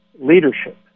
leadership